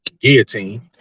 guillotine